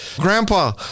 Grandpa